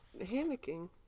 hammocking